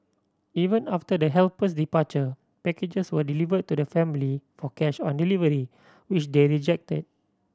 even after the helper's departure packages were delivered to the family for cash on delivery which they rejected